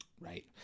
Right